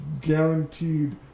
guaranteed